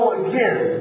again